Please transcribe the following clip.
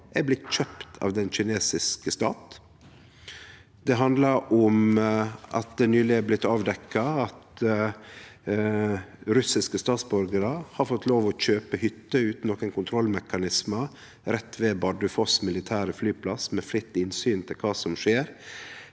år blei kjøpte av den kinesiske stat, eller at det nyleg er blitt avdekka at russiske statsborgarar har fått lov til å kjøpe hytte – utan nokon kontrollmekanisme – rett ved Bardufoss militære flyplass og med fritt innsyn til kva som skjer.